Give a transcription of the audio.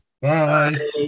Bye